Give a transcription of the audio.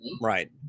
Right